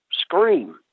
scream